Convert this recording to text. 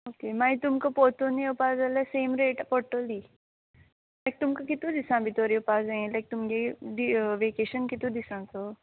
okay मागीर तुमक पोत्तून येवपा जाल्या सेम रेट पट्टोली लायक तुमक कितू दिसा भितोर येवपा जाय लायक तुमगे दि वेकेशन कितू दिसांचो